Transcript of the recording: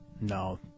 No